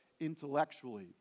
intellectually